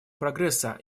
прогресса